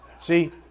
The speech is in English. See